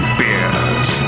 beers